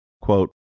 Quote